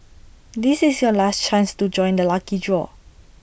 this is your last chance to join the lucky draw